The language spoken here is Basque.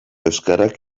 euskarak